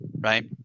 right